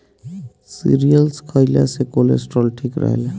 cereals खइला से cholesterol ठीक रहेला